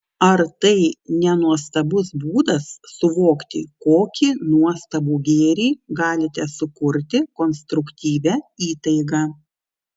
ar tai ne nuostabus būdas suvokti kokį nuostabų gėrį galite sukurti konstruktyvia įtaiga